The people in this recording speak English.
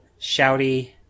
shouty